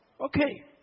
Okay